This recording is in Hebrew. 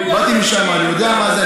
באתי משם, אני יודע מה זה.